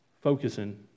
focusing